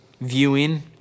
viewing